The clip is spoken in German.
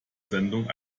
sendung